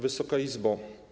Wysoka Izbo!